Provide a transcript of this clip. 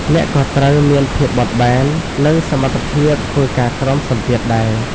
អ្នកក៏ត្រូវមានភាពបត់បែន និងសមត្ថភាពធ្វើការក្រោមសម្ពាធដែរ។